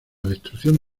destrucción